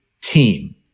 team